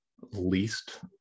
least